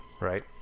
right